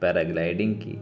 paragliding کی